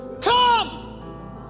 come